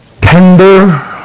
tender